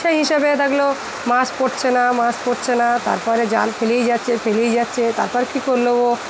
সেই হিসাবে দেখা গেলো মাছ পড়ছে না মাছ পড়ছে না তারপরে জাল ফেলেই যাচ্ছে ফেলেই যাচ্ছে তারপর কী করলো ও